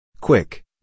Quick